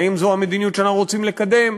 האם זו המדיניות שאנחנו רוצים לקדם.